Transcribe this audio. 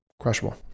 crushable